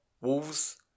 Wolves